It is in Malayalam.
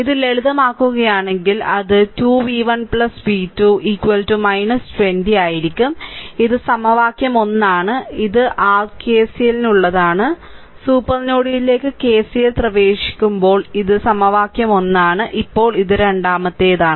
ഇത് ലളിതമാക്കുകയാണെങ്കിൽ അത് 2 v1 v2 20 ആയിരിക്കും ഇത് സമവാക്യം 1 ആണ് ഇത് r KCL നുള്ളതാണ് സൂപ്പർ നോഡിലേക്ക് കെസിഎൽ പ്രയോഗിക്കുമ്പോൾ ഇത് സമവാക്യം 1 ആണ് ഇപ്പോൾ ഇത് രണ്ടാമത്തേതാണ്